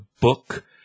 book